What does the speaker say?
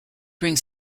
bring